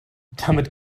damit